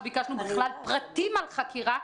לא ביקשנו בכלל פרטים על החקירה,